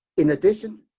in addition,